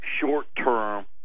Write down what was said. short-term